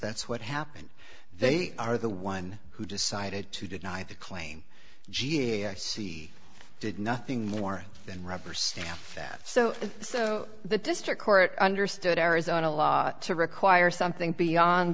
that's what happened they are the one who decided to deny the claim g a r c did nothing more than rubber stamp that so so the district court understood arizona law to require something beyond